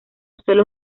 suelos